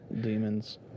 demons